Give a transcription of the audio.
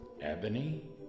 Ebony